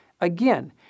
Again